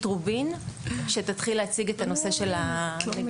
רובין תתחיל להציג את הנושא של הנגישות.